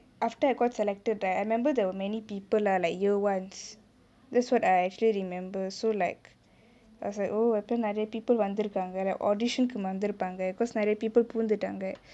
after I got selected right I remember there were many people lah like year ones that's what I actually remember so like I was like oh இப்பே நிறையா:ippe niraiyaa people வந்துருக்காங்கே:vanthurukangae like audition கு வந்துருப்பாங்கே:ku vanthrupangae because நிறையா:niraiyaa people பூந்துட்டாங்கே:poonthutangae